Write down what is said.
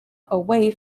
away